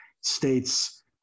States